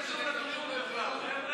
מה זה קשור לבריאות בכלל?